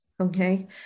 okay